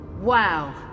Wow